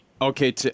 Okay